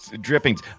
drippings